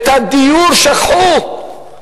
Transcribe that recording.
את הדיור שכחו,